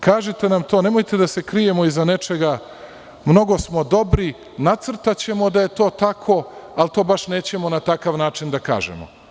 Kažite nam to, nemojte da se krijemo iza nečega, mnogo smo dobri, nacrtaćemo da je to tako, ali to baš nećemo na takav način da kažemo.